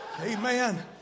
Amen